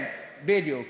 כן בדיוק,